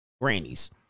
Grannies